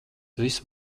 visu